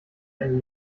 ein